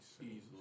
easily